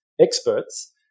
experts